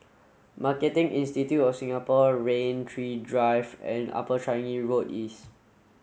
Marketing Institute of Singapore Rain Tree Drive and Upper Changi Road East